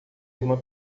irmã